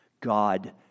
God